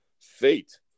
fate